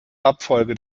abfolge